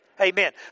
amen